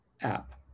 app